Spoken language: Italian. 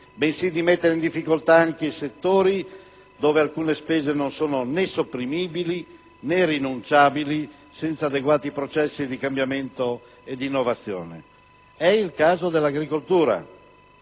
bensì di mettere in difficoltà anche i settori dove alcune spese non sono né sopprimibili, né rinunciabili senza adeguati processi di cambiamento e di innovazione. È il caso dell'agricoltura.